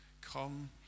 come